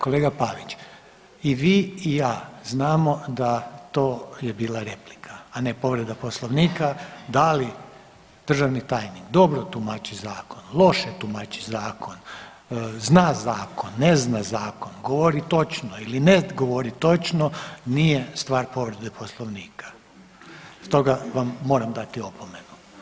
Kolega Pavić i vi i ja znamo da to je bila replika, a ne povreda Poslovnika da li državni tajnik dobro tumači zakon, loše tumači zakon, zna zakon, ne zna zakon, govori točno ili ne govori točno nije stvar povrede Poslovnika stoga vam moram dati opomenu.